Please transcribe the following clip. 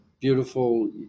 beautiful